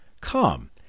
Come